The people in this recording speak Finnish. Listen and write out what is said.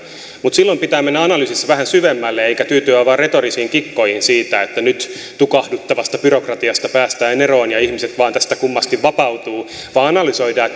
mutta silloin pitää mennä analyysissä vähän syvemmälle eikä tyytyä vain retorisiin kikkoihin siitä että nyt tukahduttavasta byrokratiasta päästään eroon ja ihmiset vain tästä kummasti vapautuvat vaan analysoida